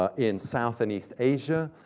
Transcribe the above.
ah in south and east asia.